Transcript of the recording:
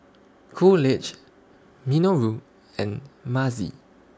Coolidge Minoru and Mazie